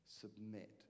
submit